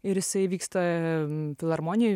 ir jisai vyksta filharmonijoj